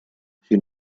sin